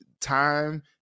Time